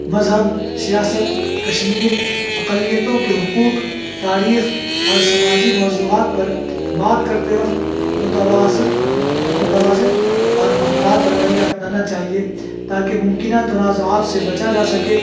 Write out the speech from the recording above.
مذہب سیاست کشمیر اقلیتوں کے حقوق تاریخ اور سماجی موضوعات پر بات کرتے وقت متوازن متوازن اور محتاط رویہ اپنانا چاہیے تاکہ ممکنہ تنازعات سے بچا جا سکے